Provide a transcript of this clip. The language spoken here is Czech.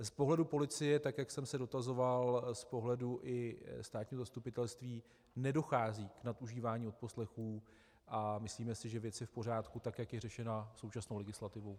Z pohledu policie, jak jsem se dotazoval, i z pohledu státního zastupitelství nedochází k nadužívání odposlechů a myslíme si, že věc je v pořádku tak, jak je řešena současnou legislativou.